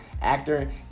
actor